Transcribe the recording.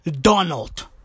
Donald